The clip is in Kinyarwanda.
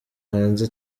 hanze